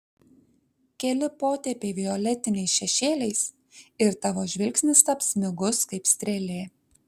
keli potėpiai violetiniais šešėliais ir tavo žvilgsnis taps smigus kaip strėlė